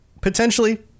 potentially